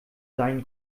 seinen